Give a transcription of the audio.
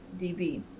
DB